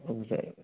சரி சார்